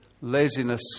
Laziness